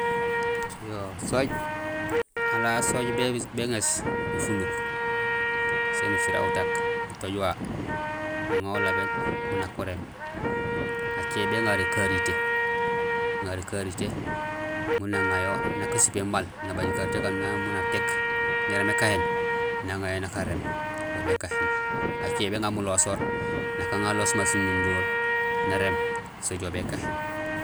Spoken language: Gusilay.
Yo sooj; alaal sooj béŋéés ufunuk, sén ufira utak utooj wawu, nuŋa wo ulabéén miin nak uréém. Acé béŋaar ékarité; béŋa ékarité mun aŋa yo nak asupéén maal, nabaj ékarité yayu akando miin atéék jaraam ékahéén naŋa yo nak aréém, yo békahéén. Acé béŋaar mulosoor nak aŋa aloos ma siñunduhol, naréém sooj jool békahéén.